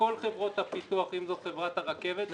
בכל חברות הפיתוח אם זו חברת הרכבת,